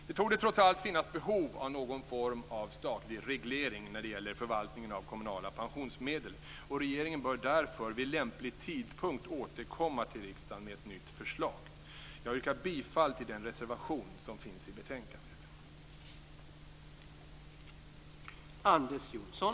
Det torde trots allt finnas behov av någon form av statlig reglering när det gäller förvaltningen av kommunala pensionsmedel. Regeringen bör därför vid lämplig tidpunkt återkomma till riksdagen med ett nytt förslag. Jag yrkar bifall till den reservation som finns i betänkandet.